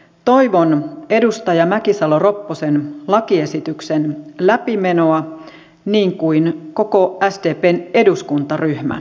toivon edustaja mäkisalo ropposen lakiesityksen läpimenoa niin kuin koko sdpn eduskuntaryhmä toivoo